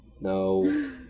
No